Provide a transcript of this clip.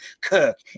Kirk